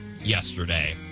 yesterday